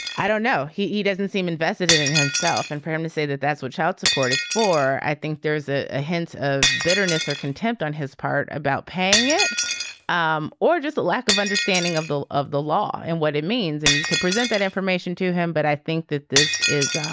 i don't know. he doesn't seem invested in himself and for him to say that that's what child support is for. i think there is a ah hint of bitterness or contempt on his part about paying it um or just the lack of understanding of the law of the law and what it means and you could present that information to him. but i think that this is